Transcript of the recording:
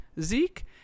Zeke